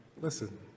listen